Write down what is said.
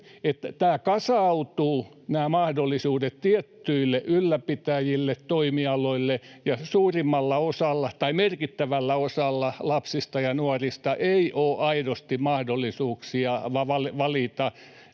kasautuvat tietyille ylläpitäjille, toimialoille, ja merkittävällä osalla lapsista ja nuorista ei ole aidosti mahdollisuuksia valita,